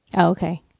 Okay